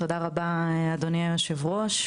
תודה רבה אדוני היו"ר,